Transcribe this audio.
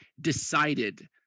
decided